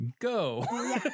go